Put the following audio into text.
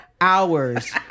hours